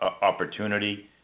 opportunity